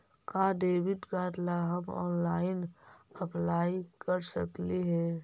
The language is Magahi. का डेबिट कार्ड ला हम ऑनलाइन अप्लाई कर सकली हे?